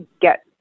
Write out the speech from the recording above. get